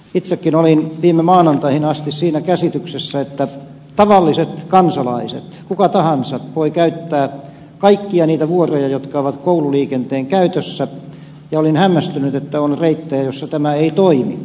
itse olin viime maanantaihin asti siinä käsityksessä että tavalliset kansalaiset kuka tahansa voi käyttää kaikkia niitä vuoroja jotka ovat koululiikenteen käytössä ja olin hämmästynyt että on reittejä joissa tämä ei toimi